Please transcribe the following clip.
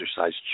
exercise